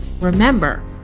remember